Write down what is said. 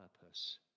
purpose